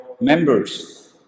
members